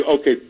okay